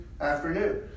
afternoon